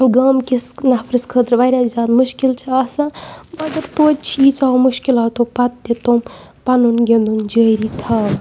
گامکِس نَفرَس خٲطرٕ واریاہ زیادٕ مُشکِل چھِ آسان مگر تویتہِ چھِ ییٖژاہ مُشکِلاتو پَتہٕ تہِ تِم پَنُن گِنٛدُن جٲری تھاوان